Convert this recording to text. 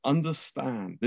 Understand